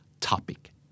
topic